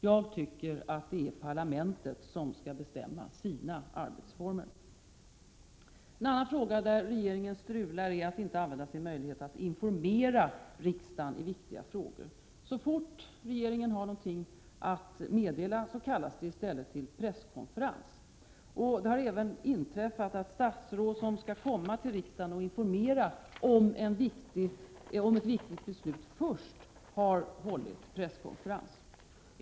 Jag tycker att det är parlamentet som skall bestämma sina arbetsformer. Även i ett annat avseende strular regeringen: den använder inte sin möjlighet att informera riksdagen i viktiga frågor. Så fort regeringen har något att meddela kallas det i stället till presskonferens. Det har även inträffat att statsråd, som skall komma till riksdagen och informera om ett viktigt beslut, först har hållit en presskonferens.